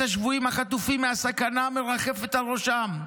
השבויים החטופים מהסכנה המרחפת על ראשם.